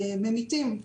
ממיתים.